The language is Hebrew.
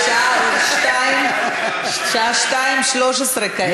אדוני, שהשעה 02:13 כעת.